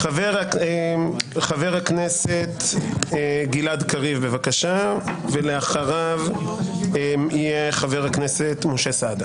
חבר הכנסת יוראי להב הרצנו, אני קורא אותך לסדר.